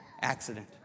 accident